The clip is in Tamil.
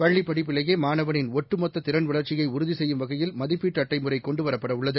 பள்ளிப் படிப்பிலேயேமாணவனின் ஒட்டுமொத்ததிறன் வளர்ச்சியைஉறுதிசெய்யும் வகையில் மதிப்பீட்டுஅட்டைமுறைகொண்டுவரப்படவுள்ளது